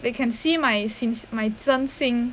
they can see my since my son sing